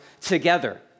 together